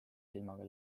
silmaga